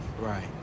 Right